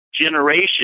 generation